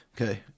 Okay